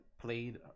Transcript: played